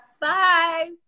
Bye